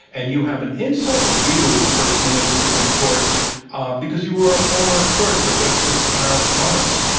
and you have an insider's view, personally, of the su preme court because you were a former clerk for justice clarence thomas.